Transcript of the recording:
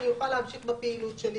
אני אוכל להמשיך בפעילות שלי